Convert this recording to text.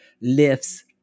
lifts